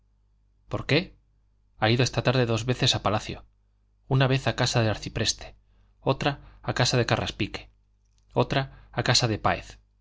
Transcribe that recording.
por qué ha ido esta tarde dos veces a palacio una vez a casa del arcipreste otra a casa de carraspique otra a casa de páez